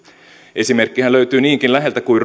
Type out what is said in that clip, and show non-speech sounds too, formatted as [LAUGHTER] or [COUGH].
esimerkkihän löytyy niinkin läheltä kuin [UNINTELLIGIBLE]